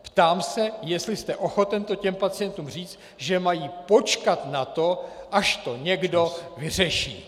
Ptám se, jestli jste ochoten těm pacientům říct, že mají počkat na to, až to někdo vyřeší!